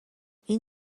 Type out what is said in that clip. این